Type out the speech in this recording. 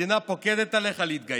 המדינה פוקדת עליך להתגייס.